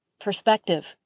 perspective